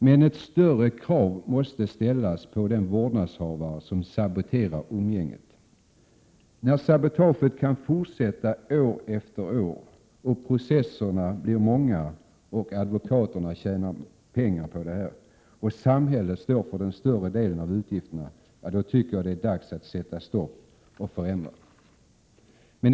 Man måste emellertid ställa större krav på den vårdnadshavare som saboterar umgänget. Sabotaget kan fortsätta år efter år, processerna blir många, advokaterna tjänar pengar och samhället får stå för den större delen av utgifterna. Det är då dags att sätta stopp och komma med förändringar.